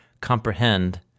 comprehend